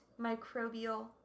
microbial